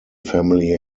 family